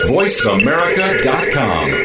VoiceAmerica.com